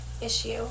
issue